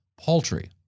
paltry